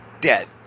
dead